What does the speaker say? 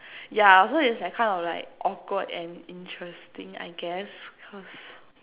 yeah so it's like kind of like awkward and interesting I guess cause